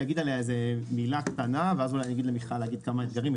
חשוב לי להגיד עליה מילה ואז אולי מיכל גרינגליק תציג כמה אתגרים.